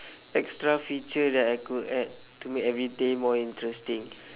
extra feature that I could add to make everyday more interesting